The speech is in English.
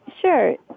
Sure